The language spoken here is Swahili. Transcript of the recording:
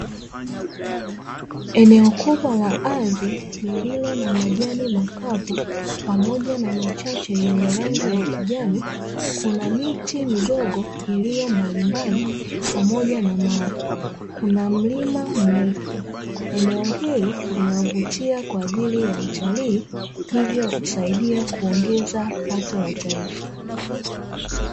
Eneo kubwa la ardhi lililo na majani makubwa pamoja na miche ya rangi ya kijani, kuna miti midogo iliyo kwa mbali pamoja na mawe kuna mlima mrefu, eneo hili linavutia kwanajili ya utalii hivyo inasaidia kuongeza pato la taifa.